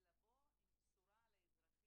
אני חושבת שאין טעם לעבור על כל השמות.